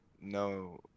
no